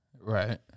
Right